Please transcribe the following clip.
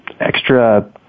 extra